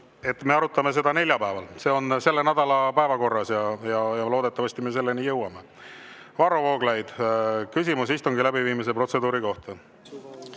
me arutame seda neljapäeval. See on selle nädala päevakorras ja loodetavasti me selleni jõuame. Varro Vooglaid, küsimus istungi läbiviimise protseduuri kohta.